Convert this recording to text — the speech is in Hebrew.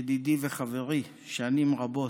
ידידי וחברי שנים רבות,